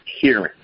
hearing